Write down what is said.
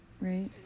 right